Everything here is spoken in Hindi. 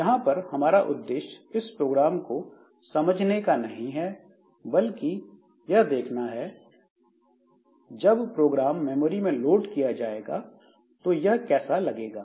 हां पर हमारा उद्देश्य इस प्रोग्राम को समझने का नहीं है बल्कि यह देखना है कि यह प्रोग्राम जब मेन मेमोरी में लोड किया जाएगा तो कैसा दिखेगा